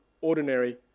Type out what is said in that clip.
ordinary